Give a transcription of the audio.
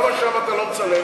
למה שם אתה לא מצלם,